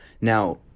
Now